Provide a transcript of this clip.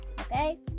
Okay